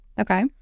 Okay